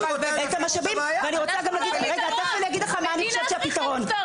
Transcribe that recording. רגע, תכף אני אגיד לך מה אני חושבת שהפתרון.